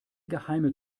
geheime